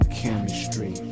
chemistry